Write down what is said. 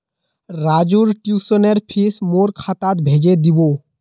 राजूर ट्यूशनेर फीस मोर खातात भेजे दीबो